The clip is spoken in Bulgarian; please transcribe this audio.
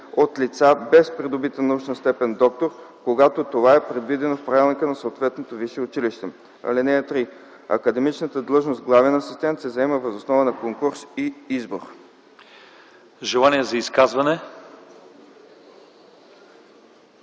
от лица без придобита научна степен „доктор”, когато това е предвидено в правилника на съответното висше училище. (3) Академичната длъжност „главен асистент” се заема въз основа на конкурс и избор.” ПРЕДСЕДАТЕЛ